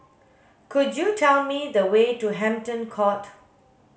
could you tell me the way to Hampton Court